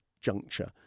juncture